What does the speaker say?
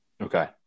Okay